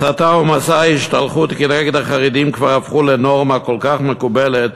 הסתה ומסע השתלחות כנגד החרדים כבר הפכו לנורמה כל כך מקובלת